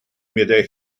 meddai